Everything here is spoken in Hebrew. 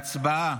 להצבעה.